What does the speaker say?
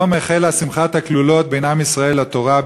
היום החלה שמחת הכלולות בין עם ישראל לתורה,